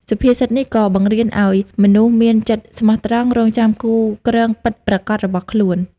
សុភាសិតនេះក៏បង្រៀនឱ្យមនុស្សមានចិត្តស្មោះត្រង់ រង់ចាំគូគ្រងពិតប្រាកដរបស់ខ្លួន។